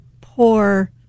poor